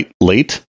late